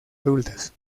adultas